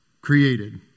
created